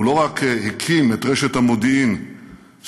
הוא לא רק הקים את רשת המודיעין שעזרה